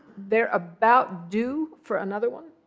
they are about due for another one.